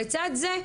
לצד זה,